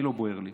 אני, לא בוער לי.